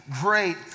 great